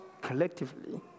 collectively